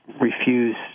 refuse